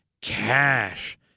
Cash